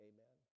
Amen